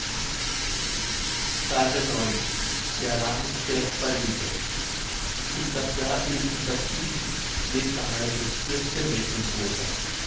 s der ranisberg bei lübeck um das jahr lebte heinrich fürst der mecklenburger